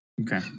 Okay